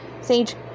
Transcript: Sage